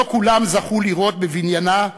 לא כולם זכו ראו לראות בבניינה,